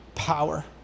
power